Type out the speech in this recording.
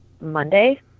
Monday